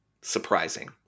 surprising